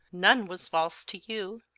none was false to you.